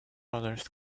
others